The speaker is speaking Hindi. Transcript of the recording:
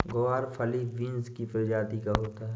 ग्वारफली बींस की प्रजाति का होता है